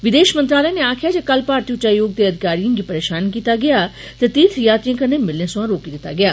विदेश मंत्रालय ने आक्खेआ जे कल भारतीय उच्चायोग दे अधिकारियें गी परेशान कीता गेआ जे तीर्थ यात्रियें कन्नै मिलने सोयां रोकी दीता गेआ